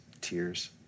tears